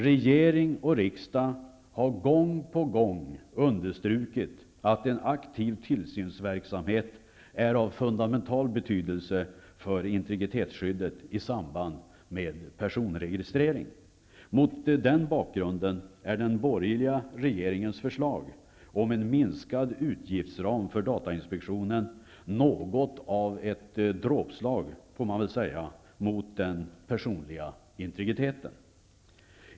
Regering och riksdag har gång på gång understrukit att en aktiv tillsynsverksamhet är av fundamental betydelse för integritetsskyddet i samband med personregistrering. Mot den bakgrunden är den borgerliga regeringens förslag om en minskad utgiftsram för datainspektionen något av ett dråpslag, får man väl säga, mot den personliga integriteten.